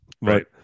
Right